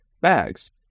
bags